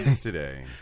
today